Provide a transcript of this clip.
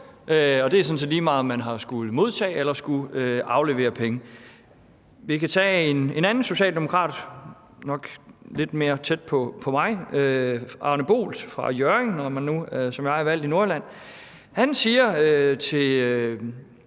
set lige meget, om man har skullet modtage eller aflevere penge. Vi kan tage en anden socialdemokrat, som nok er lidt tættere på mig, nemlig Arne Boelt fra Hjørring, der som jeg er valgt i Nordjylland. Han sagde til